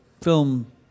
film